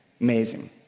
amazing